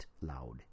Loud